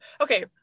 okay